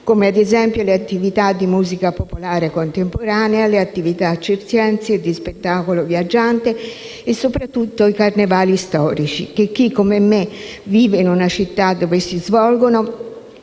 come, ad esempio, le attività di musica popolare contemporanea, le attività circensi, di spettacolo viaggiante e soprattutto i carnevali storici che chi, come me, vive in una città dove si svolgono,